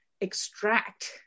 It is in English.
extract